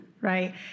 right